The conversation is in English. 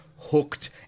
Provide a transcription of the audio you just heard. hooked